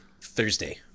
thursday